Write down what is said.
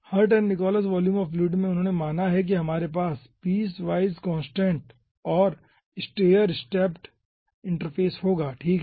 hurt and Nichols volume of fluid में उन्होंने माना है कि हमारे पास पीस वाइज कांस्टेंट और स्टेयर स्टेप्ड इंटरफेस होगा ठीक है